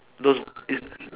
those i~